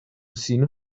seen